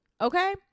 okay